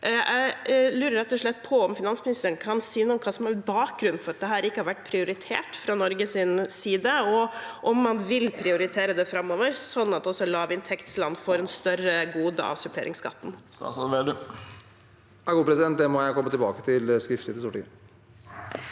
av pilar 2. Kan finansministeren si noe om hva som er bakgrunnen for at dette ikke har vært prioritert fra Norges side, og vil han prioritere dette framover, slik at også lavinntektsland får større goder av suppleringsskatten?